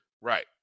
Right